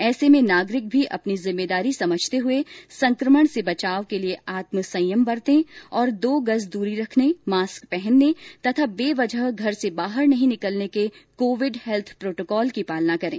ऐसे में नागरिक भी अपनी जिम्मेदारी समझते हुए संक्रमण से बचाव के लिए आत्मसंयम बरते और दो गज दूरी रखने मास्क पहनने तथा बेवजह घर से बाहर नहीं निकलने के कोविड हैल्थ प्रोटोकॉल की पालना करें